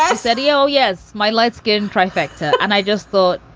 i said, oh, yes, my light skin trifecta. and i just thought,